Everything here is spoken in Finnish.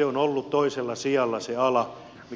ala on ollut toisella sijalla